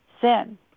sin